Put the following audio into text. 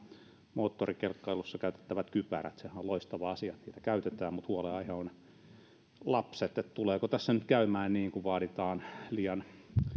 moottorikelkkailussa käytettävät kypärät sehän on loistava asia että niitä käytetään mutta huolenaihe ovat lapset että tuleeko tässä nyt käymään niin kun vaaditaan liian